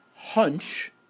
Hunch